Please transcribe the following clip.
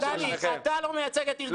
נפתלי, אתה לא מייצג את ארגוני הנוער.